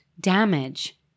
damage